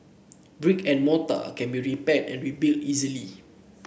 brick and mortar can be repaired and rebuilt easily